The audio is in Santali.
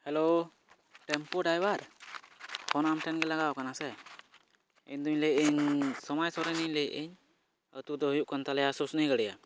ᱦᱮᱞᱳ ᱴᱮᱢᱯᱩ ᱰᱟᱭᱵᱷᱟᱨ ᱯᱷᱳᱱ ᱟᱢ ᱴᱷᱮᱱ ᱜᱮ ᱞᱟᱜᱟᱣ ᱟᱠᱟᱱᱟ ᱥᱮ ᱤᱧᱫᱚ ᱞᱟᱹᱭᱮᱫᱟᱹᱧ ᱥᱳᱢᱟᱭ ᱥᱚᱨᱮᱱ ᱞᱟᱹᱭᱮᱫᱟᱹᱧ ᱟᱹᱛᱩ ᱫᱚ ᱦᱩᱭᱩᱜ ᱠᱟᱱ ᱛᱟᱞᱮᱭᱟ ᱥᱩᱥᱱᱤᱜᱟᱹᱲᱤᱭᱟᱹ